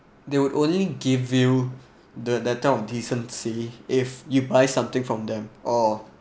they would only give you the the type of decency if you buy something from them or